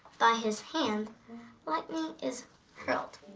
by his hand lightning is hurled.